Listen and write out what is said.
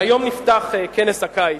היום נפתח כנס הקיץ.